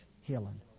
healing